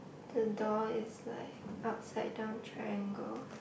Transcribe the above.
the door is like upside down triangle